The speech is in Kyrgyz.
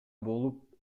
болуп